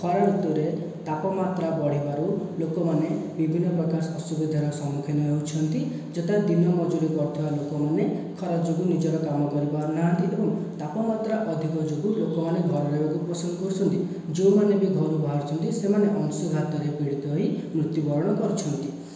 ଖରା ଋତୁରେ ତାପମାତ୍ରା ବଢ଼ିବାରୁ ଲୋକମାନେ ବିଭିନ୍ନ ପ୍ରକାରର ଅସୁବିଧାର ସମ୍ମୁଖୀନ ହେଉଛନ୍ତି ଯଥା ଦିନ ମଜୁରି କରୁଥିବା ଲୋକମାନେ ଖରା ଯୋଗୁଁ ନିଜର କାମ କରି ପାରୁନାହାନ୍ତି ଏବଂ ତାପମାତ୍ରା ଅଧିକ ଯୋଗୁଁ ଲୋକମାନେ ଘରେ ରହିବାକୁ ପସନ୍ଦ କରୁଛନ୍ତି ଯେଉଁମାନେ ବି ଘରୁ ବାହାରୁଛନ୍ତି ସେମାନେ ଅଂଶୁଘାତରେ ପୀଡ଼ିତ ହୋଇ ମୃତ୍ୟୁବରଣ କରୁଛନ୍ତି